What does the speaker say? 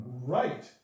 Right